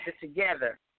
together